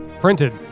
printed